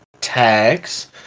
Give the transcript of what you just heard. tags